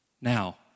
Now